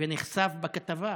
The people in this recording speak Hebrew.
ונחשף בכתבה,